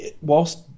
whilst